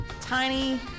Tiny